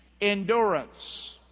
Endurance